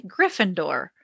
Gryffindor